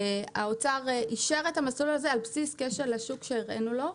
האוצר אישר את המסלול הזה על בסיס כשל השוק שהראינו לו,